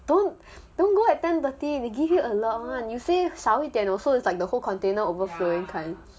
don't don't go at ten thirty they give you a lot you say 少一点 also it's like the whole container overflowing [one]